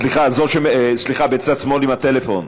סליחה, זו שבצד שמאל עם הטלפון,